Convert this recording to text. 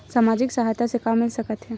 सामाजिक सहायता से का मिल सकत हे?